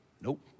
nope